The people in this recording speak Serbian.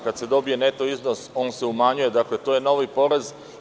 Kad se dobije neto iznos on se umanjuje, dakle, to je novi porez.